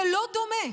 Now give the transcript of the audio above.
זה לא דומה.